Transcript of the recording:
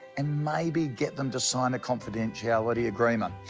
and maybe get them to sign a confidentiality agreement.